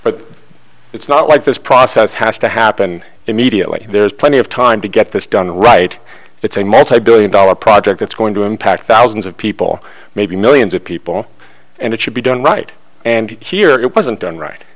but it's not like this process has to happen immediately there's plenty of time to get this done right it's a multi billion dollar project it's going to impact thousands of people maybe millions of people and it should be done right and here it wasn't done right